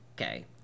Okay